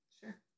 Sure